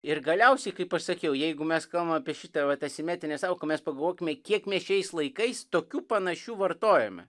ir galiausiai kaip aš sakiau jeigu mes kalbam apie šitą vat asimetrinę sąvoką mes pagalvokime kiek mes šiais laikais tokių panašių vartojame